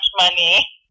money